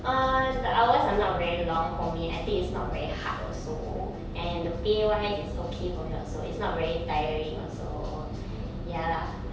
uh the hours are not very long for me I think it's not very hard also and the pay wise is okay for me also it's not very tiring also ya lah